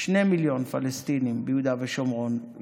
שני מיליון פלסטינים ביהודה ושומרון,